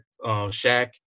Shaq